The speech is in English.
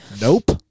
Nope